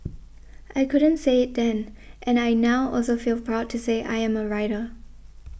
I couldn't say then and I now also feel proud to say I am a writer